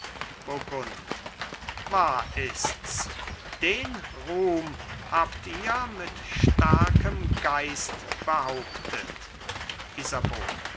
wahr ists den ruhm habt ihr mit starkem geist behauptet isabeau